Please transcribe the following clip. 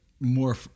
more